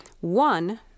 One